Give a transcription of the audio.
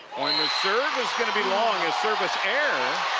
kooima's serve is going to be long a service error.